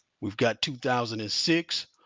we've got two thousand and six,